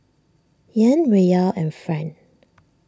Yen Riyal and Franc